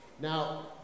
Now